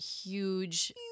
huge